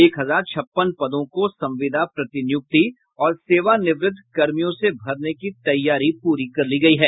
एक हजार छप्पन पदों को संविदा प्रतिनियुक्ति और सेवा निवृत कर्मियों से भरने की तैयारी पूरी कर ली गयी है